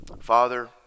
Father